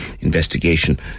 Investigation